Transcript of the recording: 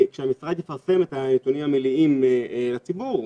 כשהמשרד יפרסם את הנתונים המלאים לציבור,